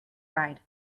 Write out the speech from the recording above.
ride